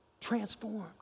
Transformed